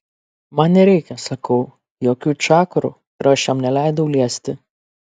man nereikia sakau jokių čakrų ir aš jam neleidau liesti